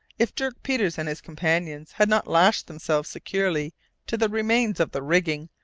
if dirk peters and his companions had not lashed themselves securely to the remains of the rigging,